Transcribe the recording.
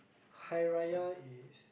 Hari-Raya is